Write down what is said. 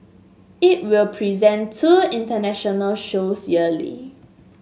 it will present two international shows yearly